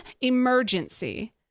emergency